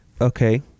Okay